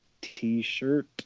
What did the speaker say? t-shirt